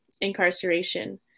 incarceration